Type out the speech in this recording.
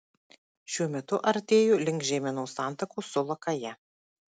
šiuo metu artėju link žeimenos santakos su lakaja